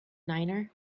niner